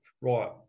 right